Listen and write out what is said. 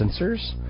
sensors